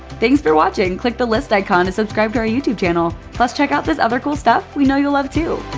thanks for watching! click the list icon to subscribe to our youtube channel. plus, check out this other cool stuff we know you'll love too!